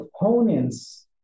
opponents